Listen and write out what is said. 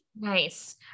Nice